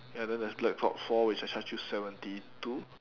ya then there's black ops all which I charge you seventy two